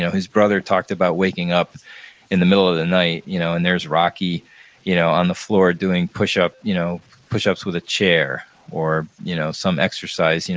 yeah his brother talked about waking up in the middle of the night you know and there's rocky you know on the floor doing push-ups you know push-ups with a chair or you know some exercise, you know